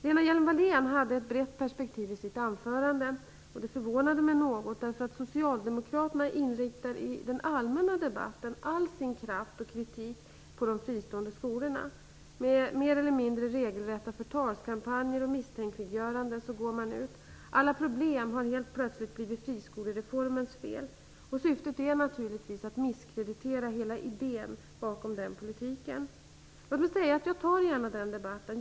Lena Hjelm-Wallén hade ett brett perspektiv i sitt anförande. Det förvånade mig något. I den allmänna debatten inriktar nämligen socialdemokraterna all sin kraft och kritik på de fristående skolorna. Man går ut med mer eller mindre regelrätta förtalskampanjer och misstänkliggöranden. Alla problem har helt plötsligt blivit friskolereformens fel. Syftet är naturligtvis att misskreditera hela idén bakom den politiken. Låt mig säga att jag gärna tar den debatten.